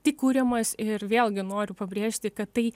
tik kuriamas ir vėlgi noriu pabrėžti kad tai